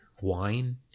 wine